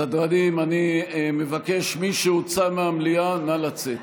סדרנים, אני מבקש, מי שהוצא מהמליאה, נא לצאת.